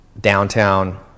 downtown